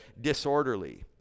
disorderly